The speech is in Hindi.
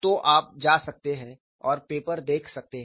तो आप जा सकते हैं और पेपर देख सकते हैं